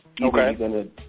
Okay